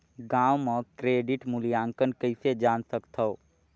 गांव म क्रेडिट मूल्यांकन कइसे जान सकथव?